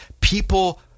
People